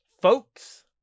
Folks